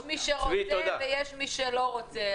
יש מי שרוצה ויש מי שלא רוצה.